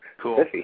Cool